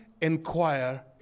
inquire